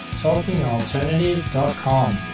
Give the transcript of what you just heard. talkingalternative.com